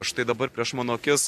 štai dabar prieš mano akis